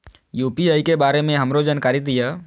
UPI के बारे में हमरो जानकारी दीय?